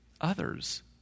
others